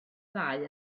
ddau